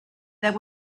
there